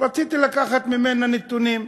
רציתי לקחת ממנה נתונים,